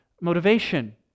motivation